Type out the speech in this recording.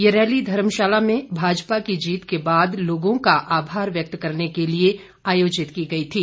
ये रैली धर्मशाला में भाजपा की जीत के बाद लोगों का आभार व्यक्त करने के लिए आयोजित की गई थी